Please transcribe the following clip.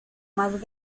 más